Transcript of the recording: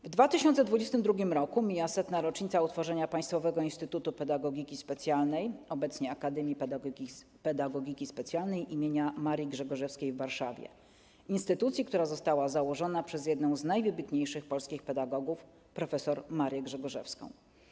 W 2022 roku mija 100. rocznica utworzenia Państwowego Instytutu Pedagogiki Specjalnej, obecnie Akademii Pedagogiki Specjalnej im. Marii Grzegorzewskiej w Warszawie, instytucji, która została założona przez jedną z najwybitniejszych polskich pedagogów - prof. Marię Grzegorzewską.